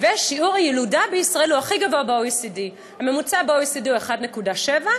ושיעור הילודה בישראל הוא הכי גבוה ב-OECD: הממוצע ב-OECD הוא 1.7,